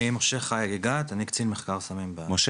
מה